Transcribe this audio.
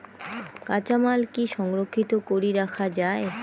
কাঁচামাল কি সংরক্ষিত করি রাখা যায়?